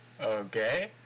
Okay